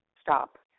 stop